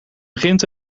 begint